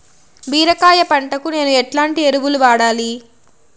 బీరకాయ పంటకు నేను ఎట్లాంటి ఎరువులు వాడాలి?